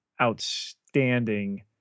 outstanding